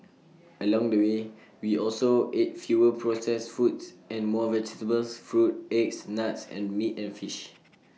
along the way we also ate fewer processed foods and more vegetables fruit eggs nuts and meat and fish